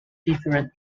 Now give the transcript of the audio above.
different